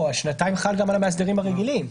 שנתיים חל גם על המאסדרים הרגילים.